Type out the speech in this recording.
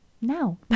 now